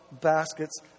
baskets